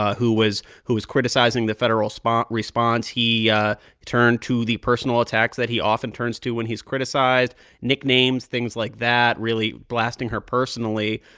who was who was criticizing the federal response. he yeah turned to the personal attacks that he often turns to when he's criticized nicknames, things like that really blasting her personally.